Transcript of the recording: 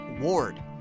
ward